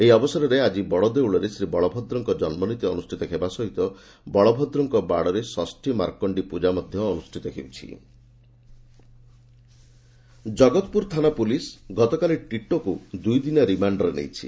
ଏହି ଅବସରରେ ଆକି ବଡଦଉଳରେ ଶ୍ରୀବଳଭଦ୍ରଙ୍କ ଜନ୍କନୀତି ଅନୁଷିତ ହେବା ସହିତ ବଳଭଦ୍ରଙ୍କ ବାଡରେ ଷଷୀ ମାର୍କଣ୍ଡି ପୂଜା ଅନୁଷିତ ହେଉଛି ଟିଟୋକ ରିମାଣ୍ଡ ଜଗତପୁର ଥାନା ପୁଲିସ ଗତକାଲି ଟିଟୋକୁ ଦୁଇଦିନିଆ ରିମାଣ୍ଡରେ ନେଇଛି